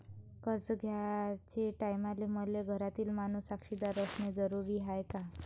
कर्ज घ्याचे टायमाले मले घरातील माणूस साक्षीदार असणे जरुरी हाय का?